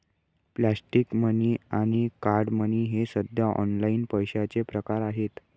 plastic money आणि card money हे सध्या ऑनलाइन पैशाचे प्रकार आहेत